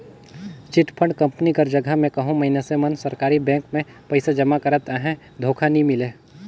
chit fund company कर जगहा में कहों मइनसे मन सरकारी बेंक में पइसा जमा करत अहें धोखा नी मिले